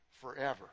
forever